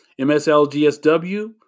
MSLGSW